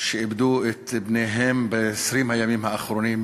שאיבדו את בניהן ב-20 הימים האחרונים,